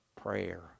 prayer